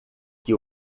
que